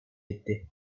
etti